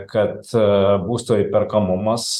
kad būsto įperkamumas